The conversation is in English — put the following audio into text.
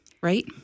right